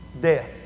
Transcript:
Death